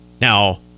Now